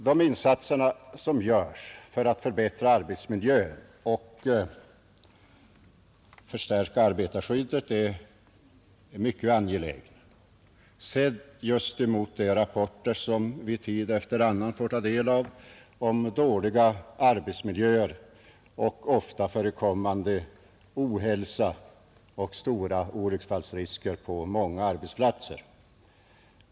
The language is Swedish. De insatser som görs för att förbättra arbetsmiljön och förstärka arbetarskyddet är mycket angelägna, sedda mot de rapporter som vi tid efter annan får ta del av om dåliga arbetsmiljöer och ofta förekommande ohälsa och stora olycksfallsrisker på många arbetsplatser.